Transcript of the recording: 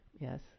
Yes